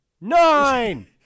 nine